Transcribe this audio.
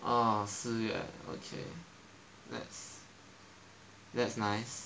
orh 四月 ok that's that's nice